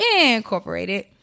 Incorporated